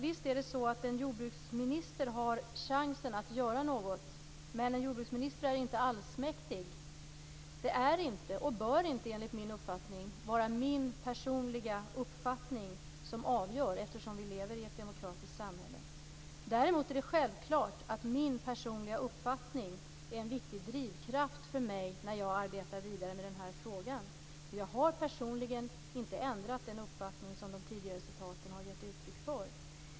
Visst har en jordbruksminister chansen att göra något. Men en jordbruksminister är inte allsmäktig. Det är inte, och bör inte, enligt min uppfattning, vara min personliga uppfattning som avgör. Vi lever ju i ett demokratiskt samhälle. Däremot är det självklart att min personliga uppfattning är en viktig drivkraft för mig när jag arbetar vidare i frågan. Jag har personligen inte ändrat uppfattning som de tidigare citaten har gett uttryck för.